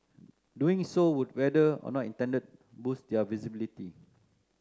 doing so would whether or not intended boost their visibility